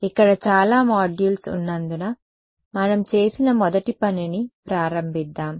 ఇక్కడ చాలా మాడ్యూల్స్ ఉన్నందున మనం చేసిన మొదటి పనిని ప్రారంభిద్దాం